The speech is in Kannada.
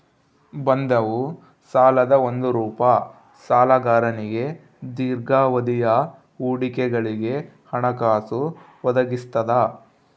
ಬಂಧವು ಸಾಲದ ಒಂದು ರೂಪ ಸಾಲಗಾರನಿಗೆ ದೀರ್ಘಾವಧಿಯ ಹೂಡಿಕೆಗಳಿಗೆ ಹಣಕಾಸು ಒದಗಿಸ್ತದ